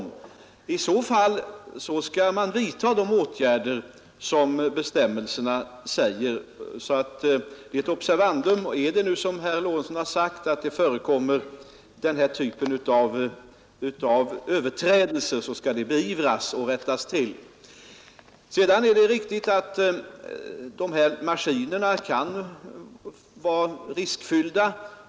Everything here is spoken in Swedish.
Om bestämmelserna på detta sätt inte har följts skall man vidta de åtgärder som bestämmelserna anger. Och är det nu som herr Lorentzon har sagt, att den här typen av överträdelser förekommer, skall det beivras och rättas till. Sedan är det riktigt att användningen av sådana här maskiner kan vara riskfylld.